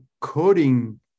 coding